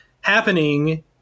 happening